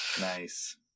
nice